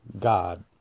God